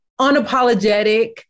unapologetic